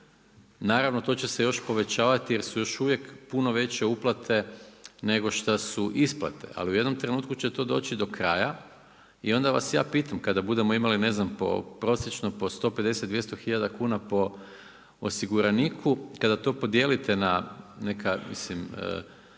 Naravno to će se još povećavati jer su još uvijek puno veće uplate nego što su isplate, ali u jednom trenutku će to doći do kraja, i onda vas ja pitam kada budemo imali, ne znam, po prosječno po 150, 200 tisuća kuna po osiguraniku, kada to podijelite na neka se